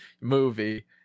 movie